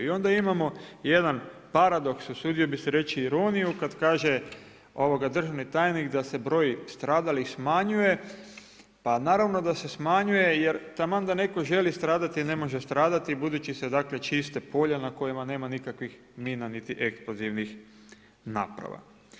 I onda imamo jedan paradoks, usudio bih se reći ironiju kada kaže državni tajnik da se broj stradalih smanjuje, pa naravno da se smanjuje jer taman da netko želi stradati ne može stradati budući se dakle čiste polja na kojima nema nikakvih mina niti eksplozivnih naprava.